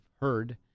heard